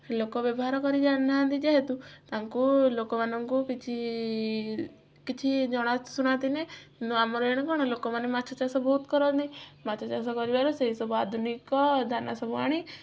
ଲୋକ ବ୍ୟବହାର କରି ଜାଣିନାହାନ୍ତି ଯେହେତୁ ତାଙ୍କୁ ଲୋକମାନଙ୍କୁ କିଛି କିଛି ଜଣାଶୁଣା ଥିଲେ କିନ୍ତୁ ଆମର ଏଣେ କ'ଣ ଲୋକମାନେ ମାଛ ଚାଷ ବହୁତ କରନ୍ତି ମାଛ ଚାଷ କରିବାରୁ ସେଇସବୁ ଆଧୁନିକ ଦାନା ସବୁ ଆଣି